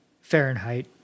Fahrenheit